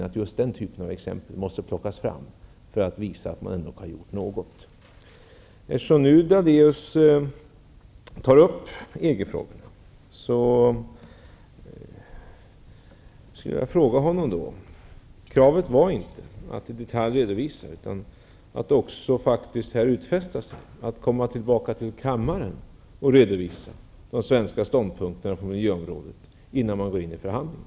Att just den typen av exempel måste plockas fram för att visa att man ändå gjort något är i och för sig en bra illustration till handlingsförlamningen inom regeringen. Lennart Daléus tog upp EG-frågorna. Kravet var inte att i detalj redovisa, utan att utfästa sig att komma tillbaka till kammaren och redovisa de svenska ståndpunkterna när det gäller miljöområdet, innan man går in i förhandlingar.